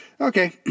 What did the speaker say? Okay